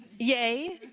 yay.